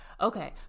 Okay